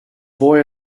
boy